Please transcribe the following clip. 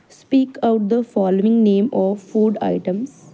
speak out the following name of food items